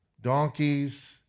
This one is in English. donkeys